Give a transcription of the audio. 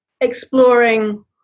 exploring